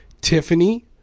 Tiffany